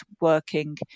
working